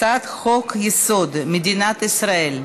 הצעת חוק-יסוד: מדינת ישראל,